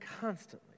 constantly